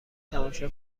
تماشا